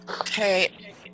Okay